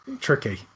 tricky